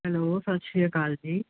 hello ਸਤਿ ਸ਼੍ਰੀ ਅਕਾਲ ਜੀ